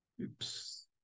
oops